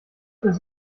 des